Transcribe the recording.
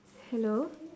hello